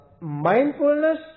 mindfulness